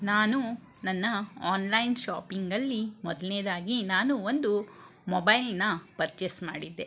ನಾನು ನನ್ನ ಆನ್ಲೈನ್ ಶಾಪಿಂಗಲ್ಲಿ ಮೊದಲ್ನೇದಾಗಿ ನಾನು ಒಂದು ಮೊಬೈಲ್ನ ಪರ್ಚೇಸ್ ಮಾಡಿದ್ದೆ